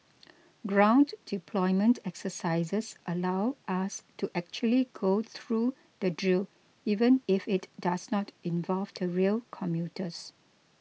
ground deployment exercises allow us to actually go through the drill even if it does not involve the rail commuters